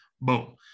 Boom